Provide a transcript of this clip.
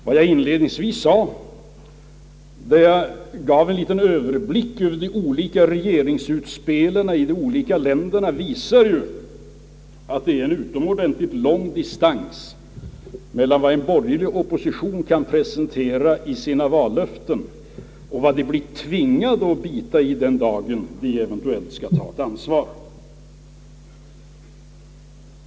Vad jag inledningsvis sade, när jag gav en liten överblick över de olika regeringsutspelen i de olika länderna, visar ju att det är utomordentligt lång distans mellan vad en borgerlig opposition kan presentera i sina löften och vad den blir tvingad att bita i när den eventuellt skall ta ett ansvar.